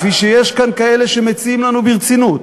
כפי שיש כאן כאלה שמציעים לנו ברצינות,